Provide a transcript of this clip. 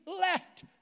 left